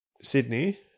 Sydney